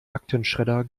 aktenschredder